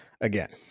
again